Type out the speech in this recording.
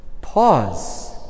Pause